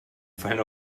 fallen